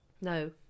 No